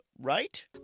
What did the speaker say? right